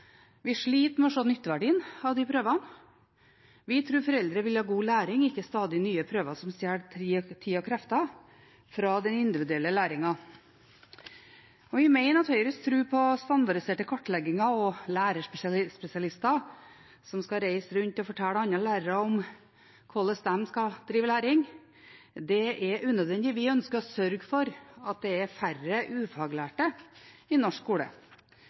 vi sliter med å se nytteverdien av de prøvene. Vi tror foreldre vil ha god læring, ikke stadig nye prøver som stjeler tid og krefter fra den individuelle læringen. Vi mener at Høyres tro på standardiserte kartlegginger og lærerspesialister som skal reise rundt og fortelle andre lærere om hvordan de skal drive læring er unødvendig. Vi ønsker å sørge for at det er færre ufaglærte i norsk skole.